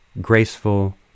graceful